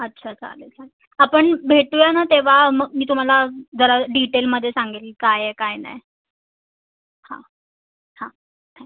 अच्छा चालेल चालेल आपण भेटूया ना तेव्हा मग मी तुम्हाला जरा डिटेलमध्ये सांगेन काय आहे काय नाही हां हां थँक्यू